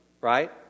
right